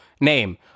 name